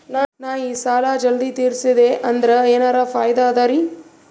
ನಾ ಈ ಸಾಲಾ ಜಲ್ದಿ ತಿರಸ್ದೆ ಅಂದ್ರ ಎನರ ಫಾಯಿದಾ ಅದರಿ?